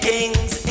King's